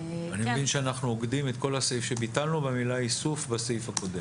אני מבין שאנחנו אוגדים את כל הסעיף שביטלנו במילה "איסוף" בסעיף הקודם.